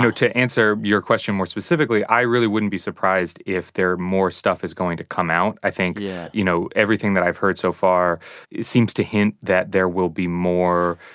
to answer your question more specifically, i really wouldn't be surprised if there more stuff is going to come out. i think, yeah you know, everything that i've heard so far seems to hint that there will be more,